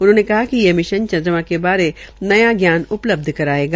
उन्होंने कहा कि यह मिशन चन्द्रमां के बारे नया ज्ञान उपलब्ध करायेगा